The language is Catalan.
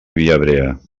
viabrea